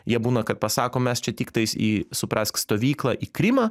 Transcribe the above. jie būna kad pasako mes čia tiktais į suprask stovyklą į krymą